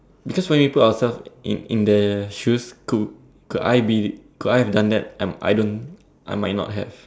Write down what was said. because when we put ourselves in in the shoes could could I be could I have done that I'm I don't I might not have